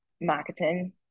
marketing